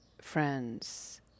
friends